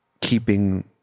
keeping